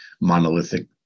monolithic